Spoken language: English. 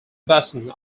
boston